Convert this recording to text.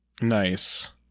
nice